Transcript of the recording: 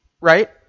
Right